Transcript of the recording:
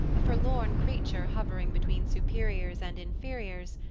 a forlorn creature hovering between superiors and inferiors,